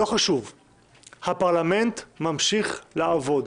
הפרלמנט ממשיך לעבוד,